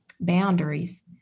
boundaries